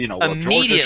Immediately